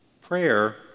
Prayer